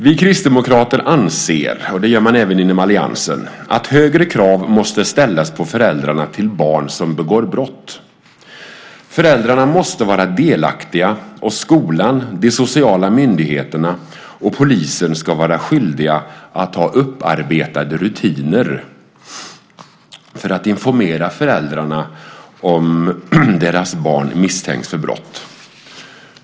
Vi kristdemokrater anser - det gör man även inom alliansen - att högre krav måste ställas på föräldrarna till barn som begår brott. Föräldrarna måste vara delaktiga, och skolan, de sociala myndigheterna och polisen ska vara skyldiga att ha upparbetade rutiner för att informera föräldrarna om deras barn misstänks för brott.